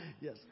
Yes